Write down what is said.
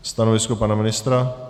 Stanovisko pana ministra?